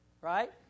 right